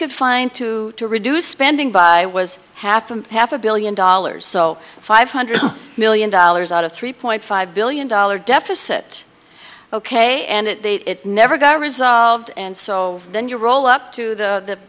could find to reduce spending by was half and half a billion dollars so five hundred million dollars out of three point five billion dollars deficit ok and it never got resolved and so then you roll up to the